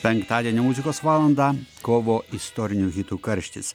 penktadienio muzikos valandą kovo istorinių hitų karštis